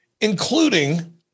including